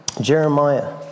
Jeremiah